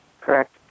Correct